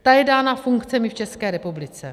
Ta je dána funkcemi v České republice.